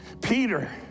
Peter